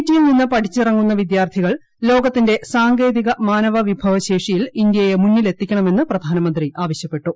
റ്റിയിൽ നിന്ന് പഠിച്ചിറങ്ങുന്ന വിദ്യാർത്ഥികൾ ലോകത്തിന്റെ സാ്ങ്കേതിക മാനവ വിഭവശേഷിൽ ഇന്ത്യയെ മുന്നിലെത്തിക്കുണ്ട്മെന്ന് പ്രധാനമന്ത്രി ആവശ്യപ്പെട്ടു